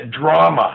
drama